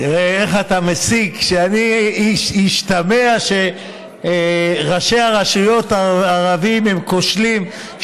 תראה איך אתה מסיק שישתמע שראשי הרשויות הערבים הם כושלים.